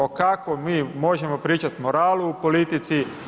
O kakvom mi možemo pričati moralu u politici?